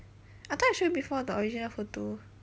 I thought I show you before the original photo